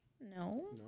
No